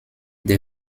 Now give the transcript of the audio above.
der